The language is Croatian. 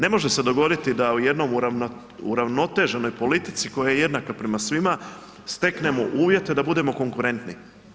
Ne može se dogoditi da u jednoj uravnoteženoj politici koja je jednaka prema svima steknemo uvjete da budemo konkurentni.